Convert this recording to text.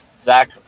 Zach –